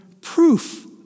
proof